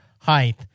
height